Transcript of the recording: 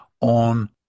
on